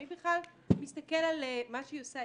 מי בכלל מסתכל על מה שהיא עושה.